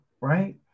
right